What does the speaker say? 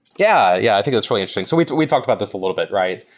yeah yeah. i think that's really interesting. we we talked about this a little bit, right?